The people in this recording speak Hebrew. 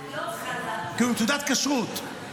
תעודת כשרות?